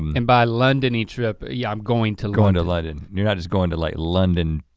and by londony trip, yeah i'm going to going to london, you're not just going to like london,